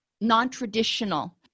non-traditional